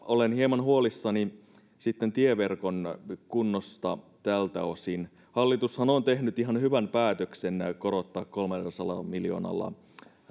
olen hieman huolissani tieverkon kunnosta tältä osin hallitushan on tehnyt ihan hyvän päätöksen korottaa kolmellasadalla miljoonalla